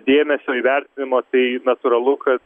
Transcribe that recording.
dėmesio įvertinimo tai natūralu kad